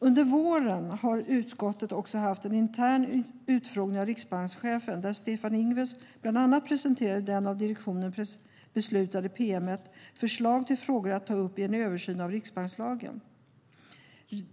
Under våren har utskottet även haft en intern utfrågning av riksbankschefen, där Stefan Ingves bland annat presenterade det av direktionen beslutade pm:et om förslag till frågor att ta upp i en översyn av riksbankslagen.